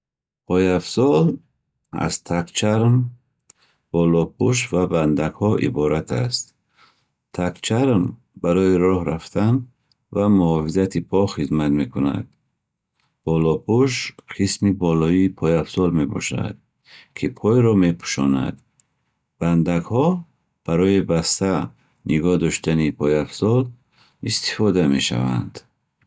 Пойафзол аз тагчарм, болопӯш ва бандакҳо иборат аст. Тагчарм барои роҳ рафтан ва муҳофизати по хизмат мекунад. Болопӯш қисми болоии пойафзол мебошад, ки пойро мепӯшонад. Бандакҳо барои баста нигоҳ доштани пойафзол истифода мешаванд.